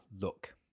look